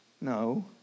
No